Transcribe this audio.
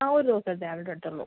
ആ ഒരു ദിവസം ടാബ്ലറ്റ് എടുത്തുള്ളൂ